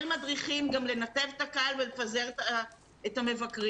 מדריכים גם לנתב את הקהל ולפזר את המבקרים,